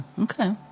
okay